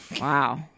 Wow